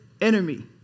enemy